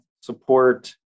support